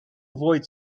avoid